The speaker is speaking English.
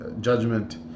judgment